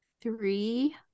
three